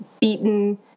beaten